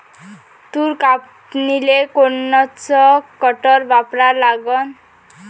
तूर कापनीले कोनचं कटर वापरा लागन?